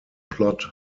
plot